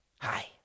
Hi